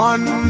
One